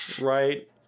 Right